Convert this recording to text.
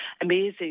amazing